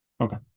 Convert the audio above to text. Okay